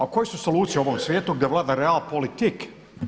A koje su solucije u ovom svijetu gdje Vlada real politic.